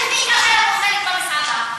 ששם אין להם מסעדות.